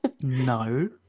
No